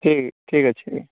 ଠିକ୍ ଠିକ୍ ଅଛି